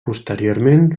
posteriorment